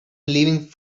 leaving